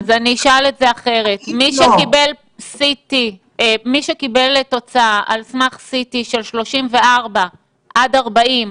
אז אני אשאל את זה אחרת: מי שקיבל תוצאה על סמך CT של 34 עד 40,